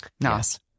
Nice